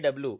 W